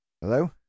Hello